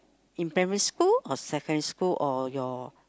in primary school or secondary school or your